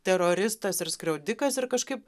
teroristas ir skriaudikas ir kažkaip